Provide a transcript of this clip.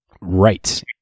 Right